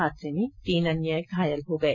हादसे में तीन अन्य घायल हो गए